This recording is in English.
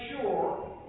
sure